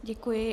Děkuji.